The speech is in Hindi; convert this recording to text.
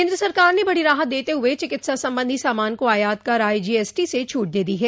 केंद्र सरकार ने बडी राहत देते हुए चिकित्सा संबंधी सामान को आयात पर आईजीएसटी से छूट दे दी है